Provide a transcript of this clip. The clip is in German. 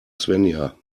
svenja